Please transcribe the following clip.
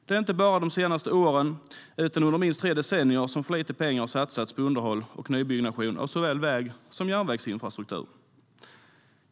Det är inte bara de senaste åren utan under minst tre decennier som för lite pengar satsats på underhåll och nybyggnation av såväl väg som järnvägsinfrastruktur.